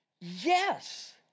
Yes